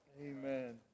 Amen